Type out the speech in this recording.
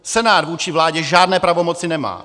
Senát vůči vládě žádné pravomoci nemá.